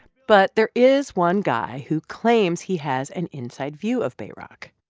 but there is one guy who claims he has an inside view of bayrock.